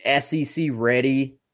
SEC-ready